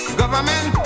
government